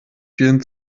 vielen